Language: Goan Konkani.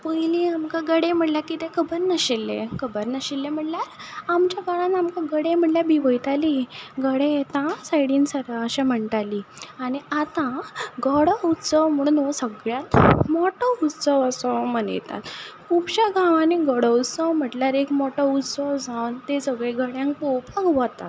पयलीं आमकां गडे म्हणल्या किदें खबर नाशिल्लें खबर नाशिल्लें म्हणल्यार आमच्या काळान आमकां गडे म्हणल्यार भिवयताली गडे येता आ सायडीन सरा अशें म्हणटाली आनी आतां गडो उत्सव म्हणून हो सगल्याक मोठो उत्सव असो मनयतात खुबशा गांवांनी गडो उत्सव म्हटल्यार एक मोठो उत्सव जावन ते सगले गड्यांक पळोपाक वतात